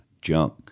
junk